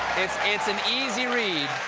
it's an easy read.